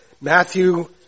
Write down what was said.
Matthew